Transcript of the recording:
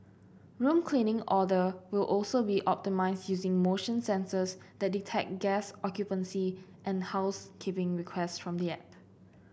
room cleaning order will also be optimised using motion sensors that detect guest occupancy and housekeeping requests from the app